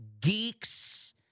geeks